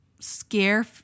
scare